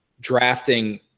drafting